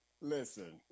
listen